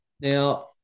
Now